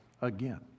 again